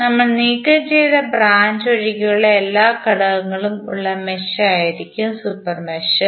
നമ്മൾ നീക്കം ചെയ്ത ബ്രാഞ്ച് ഒഴികെയുള്ള എല്ലാ ഘടകങ്ങളും ഉള്ള മെഷ് ആയിരിക്കും സൂപ്പർ മെഷ്